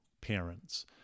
parents